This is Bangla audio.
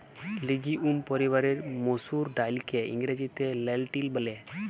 লিগিউম পরিবারের মসুর ডাইলকে ইংরেজিতে লেলটিল ব্যলে